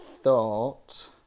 thought